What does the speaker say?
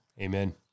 Amen